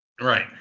Right